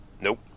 Nope